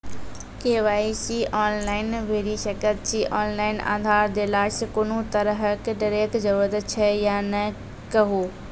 KYC online भैरि सकैत छी, ऑनलाइन आधार देलासॅ कुनू तरहक डरैक जरूरत छै या नै कहू?